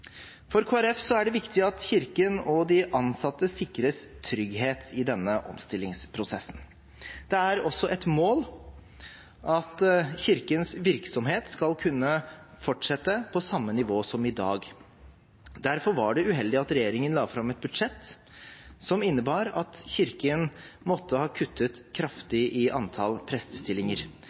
For Kristelig Folkeparti er det viktig at Kirken og de ansatte sikres trygghet i denne omstillingsprosessen. Det er også et mål at Kirkens virksomhet skal kunne fortsette på samme nivå som i dag. Derfor var det uheldig at regjeringen la fram et budsjett som innebar at Kirken måtte ha kuttet kraftig i antall